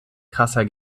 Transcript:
krasser